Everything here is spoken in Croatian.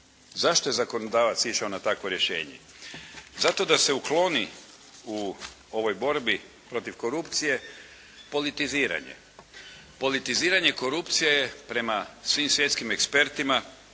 Zašto je zakonodavac išao na takvo rješenje? Zato da se ukloni u ovoj borbi protiv korupcije politiziranje. Politiziranje korupcije je prema svim svjetskim ekspertima